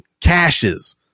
caches